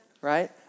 right